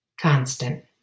constant